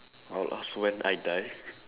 I'll ask when I die